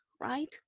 right